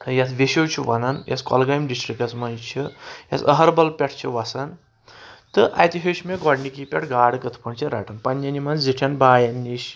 یتھ وشو چھُ ونان یتھ کۄلگٲمۍ ڈِسٹرکس منٛز چھِ یتھ یۄس اَہربل پؠٹھ چھِ وَسان تہٕ اَتہِ ہیٚوچھ مےٚ گۄڈنِکی پؠٹھ گاڈٕ کتھ پٲٹھۍ چھِ رٹان پنٕنؠن یِمَن زِٹھؠن بایَن نِش